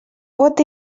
what